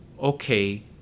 okay